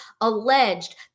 alleged